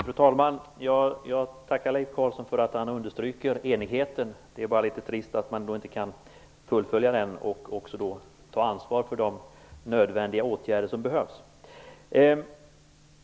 Fru talman! Jag tackar Leif Carlson för att han understryker enigheten. Det är bara litet trist att man då inte kan fullfölja den och även ta ansvar för de nödvändiga åtgärder som behövs.